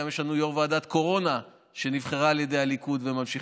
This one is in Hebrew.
זה כמו שיש לנו גם יו"ר ועדת קורונה שנבחרה על ידי הליכוד וממשיכה.